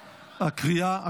נתקבלה.